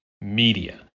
media